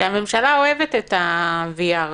שהממשלה אוהבת את ה-VR הזה,